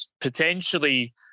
potentially